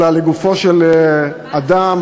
אלא לגופו של אדם.